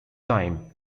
time